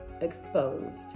exposed